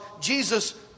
Jesus